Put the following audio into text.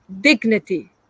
dignity